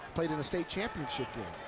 played in the state championship there.